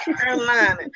Carolina